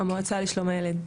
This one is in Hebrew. כן, המועצה לשלום הילד.